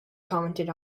commented